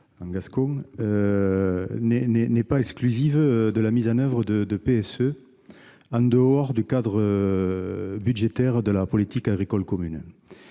le texte, n'est pas exclusive de la mise en oeuvre de PSE en dehors du cadre budgétaire de la politique agricole commune.